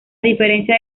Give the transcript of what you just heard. diferencia